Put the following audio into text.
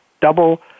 double